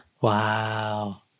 Wow